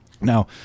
Now